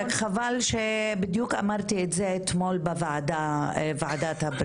רק חבל שבדיוק אמרתי את זה אתמול בוועדת הבריאות,